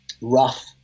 rough